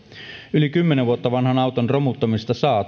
yli kymmenen vuotta vanhan auton romuttamisesta saa